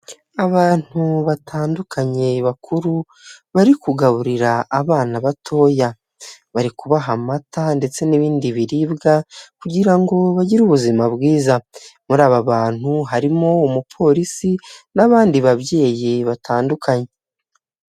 Abantu batandukanye bakuru bari kugaburira abana batoya bari kubaha amata ndetse n'ibindi biribwa kugira ngo bagire ubuzima bwiza. Muri aba bantu harimo umupolisi n'abandi babyeyi batandukanye.